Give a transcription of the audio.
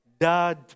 Dad